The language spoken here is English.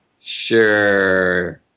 Sure